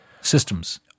systems